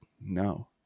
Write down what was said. no